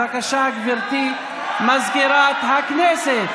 בבקשה, גברתי מזכירת הכנסת,